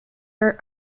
their